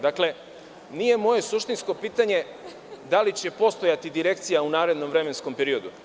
Dakle, nije moje suštinsko pitanje - da li će postojati Direkcija u narednom vremenskom periodu?